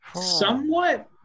somewhat